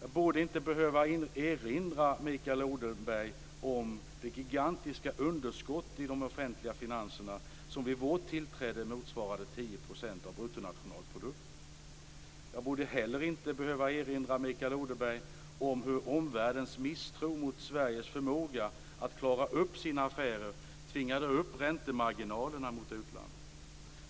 Jag borde inte behöva erinra Mikael Odenberg om det gigantiska underskottet i de offentliga finanserna, som vid vårt tillträde motsvarade 10 % av bruttonationalprodukten. Jag borde inte heller behöva erinra Mikael Odenberg om hur omvärldens misstro mot Sveriges förmåga att klara upp sina affärer tvingade upp räntemarginalerna mot utlandet.